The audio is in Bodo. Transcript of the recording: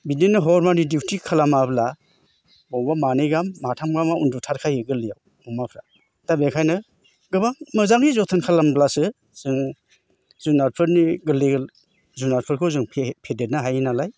बिदिनो हर मानि दिउथि खामाब्ला बावबो मानै गाहाम माथाम गाहाम उन्दुथारखायो गोरलैयाव अमाफ्रा दा बेखायनो गोबां मोजाङै जथन खालामब्लासो जोङो जुनारफोरनि गोरलै जुनारफोरखौ जों फेदेरनो हायो नालाय